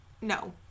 No